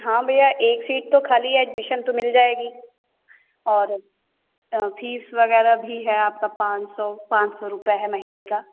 हाँ भैया एक सीट तो खाली एडमिशन तो मिल जाएगी और फीस वगैरह भी आपका पाँच सौ पाँच सौ रुपए है महीने का